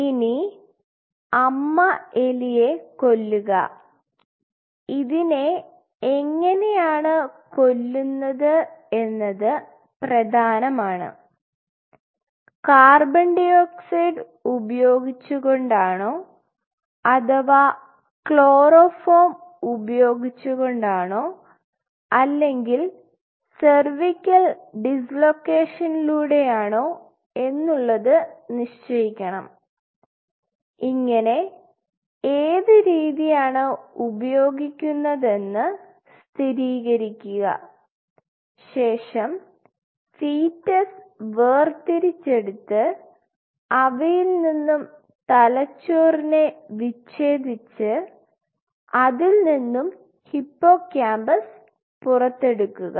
ഇനി അമ്മ എലിയെ കൊല്ലുക ഇതിനെ എങ്ങനെയാണ് കൊല്ലുന്നത് എന്നത് പ്രധാനമാണ് co2 ഉപയോഗിച്ചുകൊണ്ടാണോ അഥവാ ക്ലോറോഫോം ഉപയോഗിച്ചുകൊണ്ടാണോ അല്ലെങ്കിൽ സെർവിക്കൽ ഡിസ്ലോക്കേഷൻലൂടെയാണോ എന്നുള്ളത് നിശ്ചയിക്കണം ഇങ്ങനെ ഏത് രീതിയാണ് ഉപയോഗിക്കുന്നതെന്ന് സ്ഥിരീകരിക്കുക ശേഷം ഫീറ്റ്സ് വേർതിരിച്ചെടുത് അവയിൽനിന്നും തലച്ചോറിനെ വിച്ഛേദിച് അതിൽനിന്നും ഹിപ്പോകാമ്പസ് പുറത്തെടുക്കുക